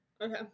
Okay